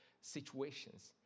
situations